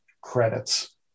credits